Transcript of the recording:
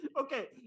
Okay